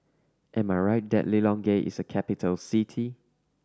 am I right that Lilongwe is a capital city